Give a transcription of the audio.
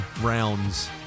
rounds